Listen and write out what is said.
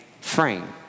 frame